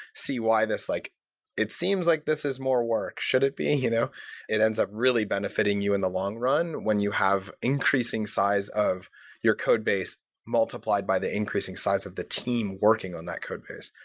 see why, like it seems like this is more work. should it be you know it ends up really benefitting you in the long run when you have increasing size of your codebase multiplied by the increasing size of the team working on that codebase.